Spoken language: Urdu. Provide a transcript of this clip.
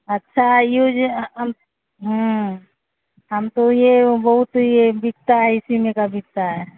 اچھا یوج جو ہم ہم تو یہ بہت یہ بکتا ہے اسی میں کا بکتا ہے